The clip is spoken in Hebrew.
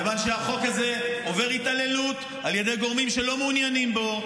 מכיוון שהחוק הזה עובר התעללות על ידי גורמים שלא מעוניינים בו,